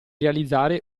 realizzare